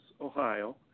Ohio